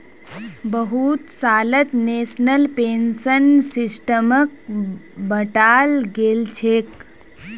बहुत सालत national pension सिस्टमक बंटाल गेलछेक